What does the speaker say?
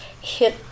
hit